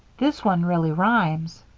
this one really rhymes,